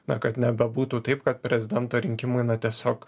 na kad nebebūtų taip kad prezidento rinkimai na tiesiog